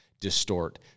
distort